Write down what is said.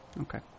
Okay